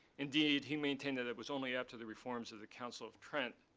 indeed he maintained that it was only after the reforms of the council of trent,